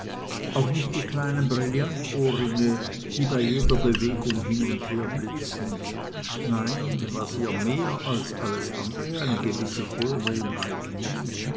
auch nicht die kleinen brillantohrringe die bei jeder bewegung hin und her blitzten nein was ihr mehr als alles andere eine gewisse vornehmheit lieh